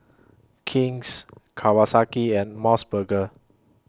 King's Kawasaki and Mos Burger